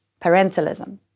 parentalism